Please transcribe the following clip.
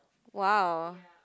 !wow!